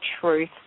truth